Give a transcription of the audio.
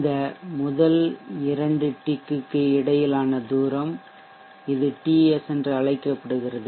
இந்த முதல் இரண்டு டிக் க்கு இடையிலான தூரம் இது TS என அழைக்கப்படுகிறது